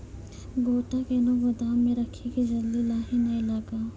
गोटा कैनो गोदाम मे रखी की जल्दी लाही नए लगा?